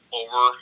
over